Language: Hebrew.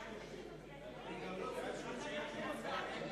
130. אתם צריכים לפי סעיף 127. חברי חברי הכנסת,